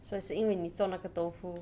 so 是因为你做那个 tofu